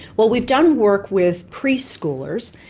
but we've done work with preschoolers.